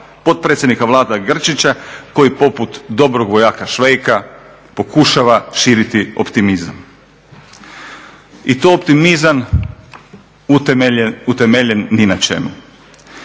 potpredsjednika Vlade Grčića koji poput dobrog vojaka Švejka pokušava širiti optimizam. I to optimizam utemeljen ni na čemu.